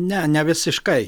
ne ne visiškai